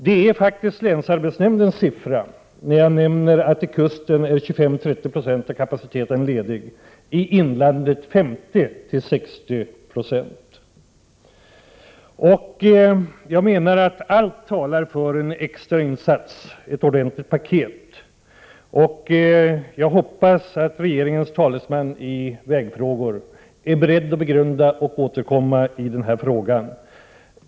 Det är faktiskt länsarbetsnämndens siffra när jag nämner att 25—30 90 av kapaciteten är ledig vid kusten och 50—60 26 är ledig i inlandet. Jag menar att allt talar för en extrainsats, ett ordentligt paket. Jag hoppas att regeringens talesman i vägfrågor är beredd att begrunda detta och återkomma i den här frågan.